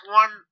one